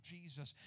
Jesus